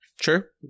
sure